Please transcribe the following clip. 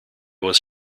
was